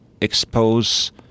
expose